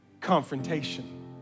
confrontation